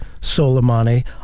Soleimani